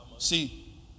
See